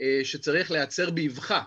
שצריך להיעצר באבחה,